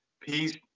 Peace